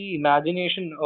imagination